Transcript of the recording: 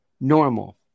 Normal